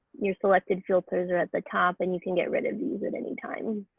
your selected filters are at the top and you can get rid of these at any time.